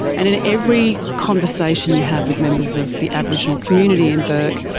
and in every conversation you have with members of the aboriginal community in bourke,